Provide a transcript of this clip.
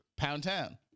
Poundtown